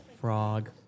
frog